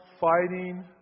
fighting